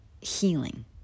healing